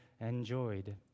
enjoyed